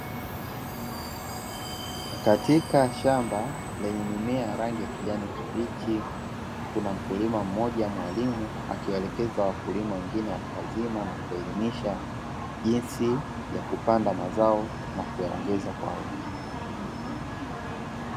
Katika shamba lenye mimea ya rangi ya kijani kibichi kuna mkulima mmoja mwalimu akiwaelekeza wakulima wengine watu wazima na kuwaelimisha jinsi ya kupanda mazao na kuyaongeza kwa wingi.